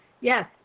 yes